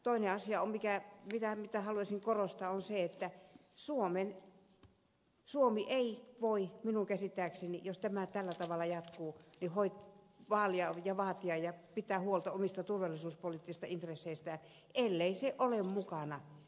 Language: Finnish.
toinen asia mitä haluaisin korostaa on se että suomi ei voi minun käsittääkseni jos tämä tällä tavalla jatkuu vaalia ja pitää huolta omista turvallisuuspoliittisista intresseistään ellei se on mukana